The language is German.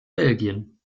belgien